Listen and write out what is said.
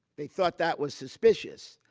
they thought that was suspicious.